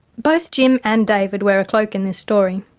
both jim and david wear a cloak in this story,